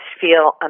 feel